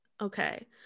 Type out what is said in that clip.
Okay